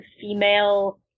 female